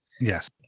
Yes